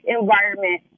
environment